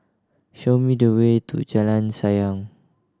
show me the way to Jalan Sayang